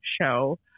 show